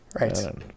Right